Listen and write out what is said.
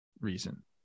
reason